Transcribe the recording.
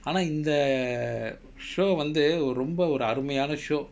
ஆனா இந்த:aanaa intha show வந்து ஒரு ரொம்ப ஒரு அருமையான:vanthu oru romba oru arumaiyaana show